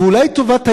ואולי טובת הילד,